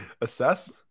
Assess